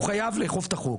הוא חייב לאכוף את החוק,